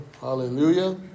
Hallelujah